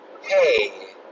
hey